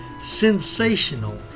Sensational